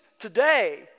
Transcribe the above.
Today